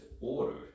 order